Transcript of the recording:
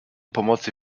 pomocy